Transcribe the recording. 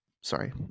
sorry